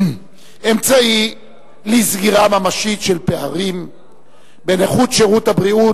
אמצעי לסגירה ממשית של פערים בין איכות שירותי הבריאות,